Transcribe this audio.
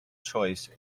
choice